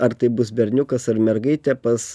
ar tai bus berniukas ar mergaitė pas